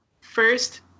first